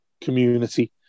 community